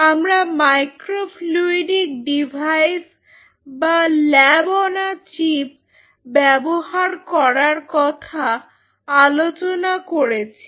আমরা microfluidic device বা lab on a chip ব্যবহার করার কথা আলোচনা করেছি